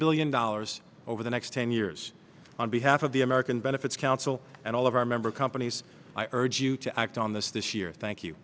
billion dollars over the next ten years on behalf of the american benefits council and all of our member companies i urge you to act on this this year thank you